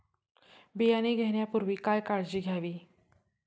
बियाणे घेण्यापूर्वी काय काळजी घ्यावी?